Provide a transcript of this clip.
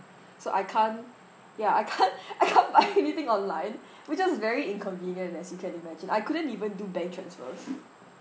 so I can't ya I can't I can't buy anything online which was very inconvenient as you can imagine I couldn't even do bank transfers